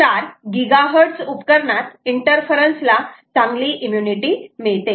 4 GHz उपकरणांत interference ला चांगली इम्म्युनिटी मिळते